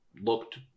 looked